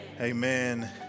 Amen